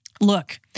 look